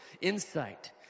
insight